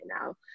now